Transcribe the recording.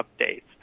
updates